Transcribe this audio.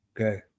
Okay